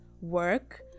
work